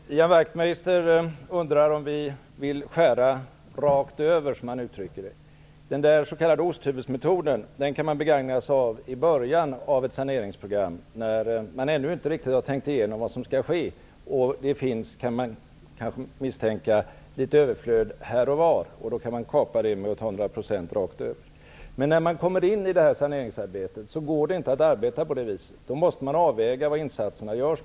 Fru talman! Ian Wachtmeister undrade om inte vi moderater ville skära rakt över, som han uttryckte det. Den s.k. osthyvelsmetoden kan man begagna sig av i början av ett saneringsprogram, innan man riktigt har tänkt igenom vad som skall ske och medan det finns litet överflöd här och var. Men när man har kommit i gång med saneringen går det inte att arbeta på det viset. Då måste man avväga var insatserna görs.